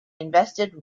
invested